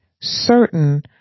certain